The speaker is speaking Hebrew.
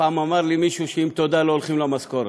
פעם אמר לי מישהו שעם תודה לא הולכים למכולת,